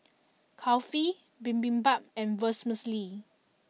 Kulfi Bibimbap and Vermicelli